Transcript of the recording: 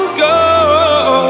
go